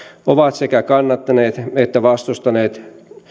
ovat sekä kannattaneet että vastustaneet